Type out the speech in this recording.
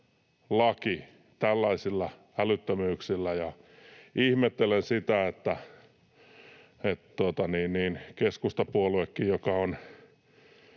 tällaisilla älyttömyyksillä. Ihmettelen sitä, että keskustapuoluekin, joka on